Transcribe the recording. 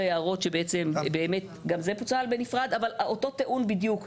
שזה אותו עניין בדיוק.